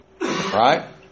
right